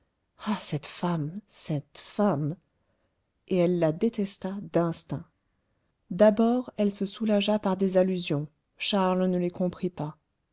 cette femme cette femme et elle la détesta d'instinct d'abord elle se soulagea par des allusions charles ne les comprit pas